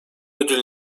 ödül